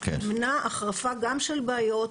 תמנע החרפה גם של בעיות,